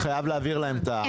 אני